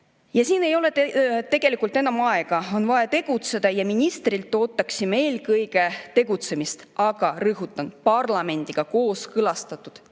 Ja siin ei ole tegelikult enam aega, on vaja tegutseda ja ministrilt ootaksime eelkõige tegutsemist, aga, rõhutan, parlamendiga kooskõlastatud tegutsemist,